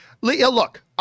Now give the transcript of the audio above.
look